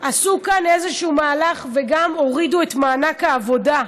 עשו כאן איזה מהלך והורידו גם את מענק העבודה.